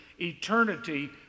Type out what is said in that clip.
eternity